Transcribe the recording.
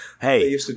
Hey